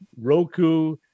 Roku